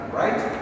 right